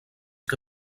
que